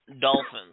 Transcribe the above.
Dolphins